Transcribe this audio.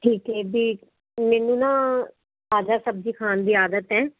ਠੀਕ ਹੈ ਦੀਦੀ ਮੈਨੂੰ ਨਾ ਤਾਜ਼ਾ ਸਬਜ਼ੀ ਖਾਣ ਦੀ ਆਦਤ ਹੈ